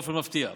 באופן מפתיע,